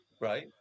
right